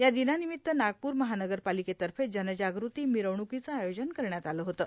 या दिनानिमित्त नागपूर महानगरपालिकेतर्फे जनजागृती मिरवणुकीचं आयोजन करण्यात आलं होतं